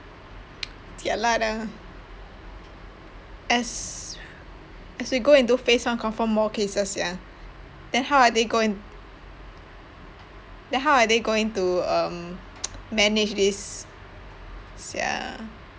jialat ah as as we go into phase one confirm more cases sia then how are they going then how are they going to um manage this sia